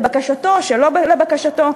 לבקשתו או שלא לבקשתו,